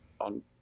on